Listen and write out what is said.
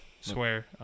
Swear